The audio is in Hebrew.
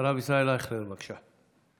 הרב ישראל אייכלר, בבקשה.